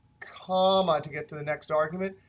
comma, to get to the next argument,